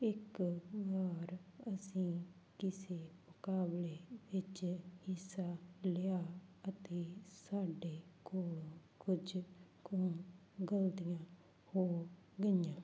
ਇੱਕ ਵਾਰ ਅਸੀਂ ਕਿਸੇ ਮੁਕਾਬਲੇ ਵਿੱਚ ਹਿੱਸਾ ਲਿਆ ਅਤੇ ਸਾਡੇ ਕੋਲ ਕੁਝ ਕੁ ਗਲਤੀਆਂ ਹੋ ਗਈਆਂ